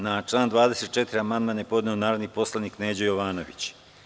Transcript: Na član 24. amandman je podneo narodni poslanik Neđo Jovanović.